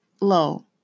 low